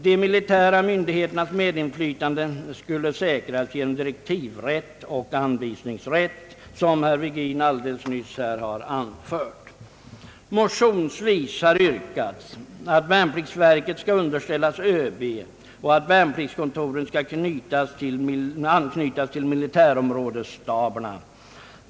De militära myndigheternas medinflytande skall säkras genom direktivrätt och anvisningsrätt, som herr Virgin alldeles nyss har anfört. Motionsvis har yrkats att värnpliktsverket skall underställas ÖB och att värnpliktskontoren skall anknytas till militärområdesstaberna.